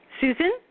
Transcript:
Susan